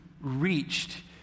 reached